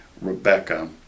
Rebecca